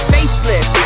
Facelift